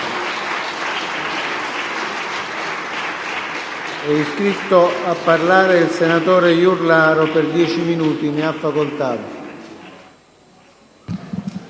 grazie.